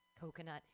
coconut